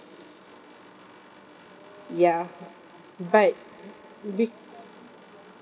ya but be~